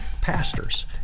pastors